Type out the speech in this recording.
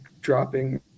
dropping